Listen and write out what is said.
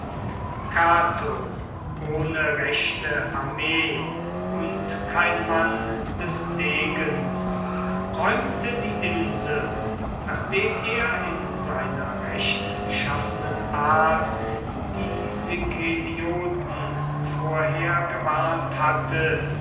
cato ohne rechte armee und kein mann des degens räumte die insel nachdem er in seiner rechtschaffenen art die sikelioten vorher gewarnt hatte